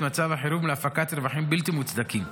מצב החירום להפקת רווחים בלתי מוצדקים,